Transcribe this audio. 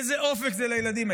איזה אופק זה לילדים?